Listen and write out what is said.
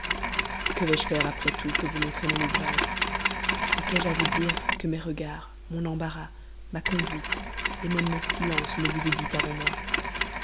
que vais-je faire après tout que vous montrer votre ouvrage et qu'ai-je à vous dire que mes regards mon embarras ma conduite même mon silence ne vous aient dit avant moi